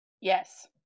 Yes